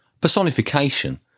Personification